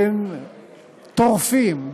בין טורפים,